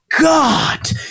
God